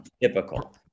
typical